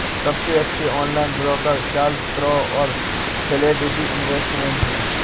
सबसे अच्छे online broker Charles Schwab और फिडेलिटी इन्वेस्टमेंट हैं